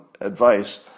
advice